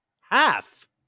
half